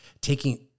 taking